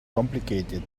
complicated